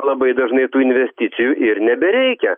labai dažnai tų investicijų ir nebereikia